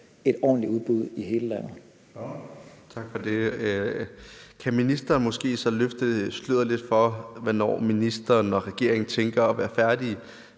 Kl. 14:54 Mike Villa Fonseca (UFG): Tak for det. Kan ministeren måske så løfte sløret lidt for, hvornår ministeren og regeringen tænker at være færdige